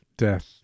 death